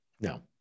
No